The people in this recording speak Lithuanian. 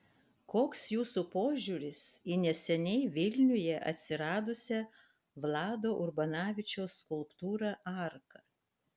koks jūsų požiūris į neseniai vilniuje atsiradusią vlado urbanavičiaus skulptūrą arka